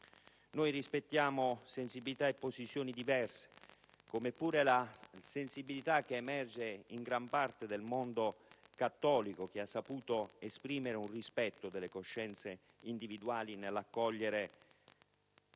Noi rispettiamo sensibilità e posizioni diverse, come pure la sensibilità che emerge in gran parte del mondo cattolico, che ha saputo esprimere rispetto per le coscienze individuali, nell'accogliere